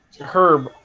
herb